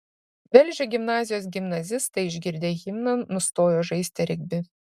velžio gimnazijos gimnazistai išgirdę himną nustojo žaisti regbį